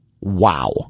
Wow